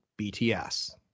BTS